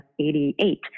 88